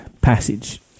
passage